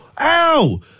Ow